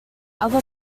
other